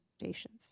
stations